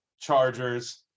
chargers